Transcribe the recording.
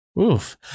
Oof